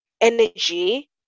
energy